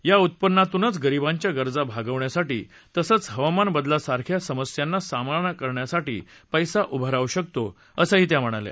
या उत्पन्नातूनच गरिबांच्या गरजा भागविण्यासाठी तसंच हवामानबदलासारख्या समस्यांचा सामना करण्यासाठी पैसा उभा राहू शकतो असंही त्या म्हणाल्या